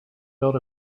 build